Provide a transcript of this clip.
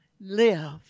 live